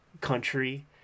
country